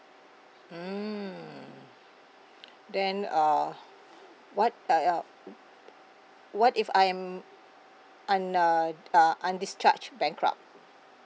mm then uh what uh uh what if I am un~ uh uh undischarged bankrupt